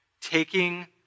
Taking